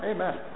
Amen